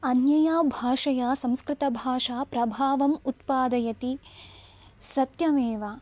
अन्यया भाषया संस्कृतभाषा प्रभावम् उत्पादयति सत्यमेव